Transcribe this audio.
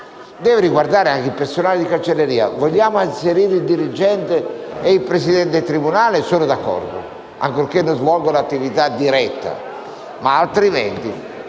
magistrato, ma anche il personale di cancelleria. Se vogliamo inserire il dirigente e il presidente del tribunale sono d'accordo, ancorché non svolgano attività diretta. Altrimenti,